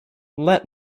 let